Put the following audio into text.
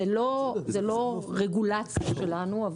זו לא רגולציה שלנו.